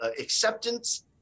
acceptance